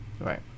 Right